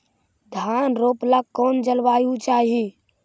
धान रोप ला कौन जलवायु चाही?